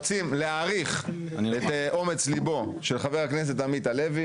רוצים להעריך את אומץ ליבו של חבר הכנסת עמית הלוי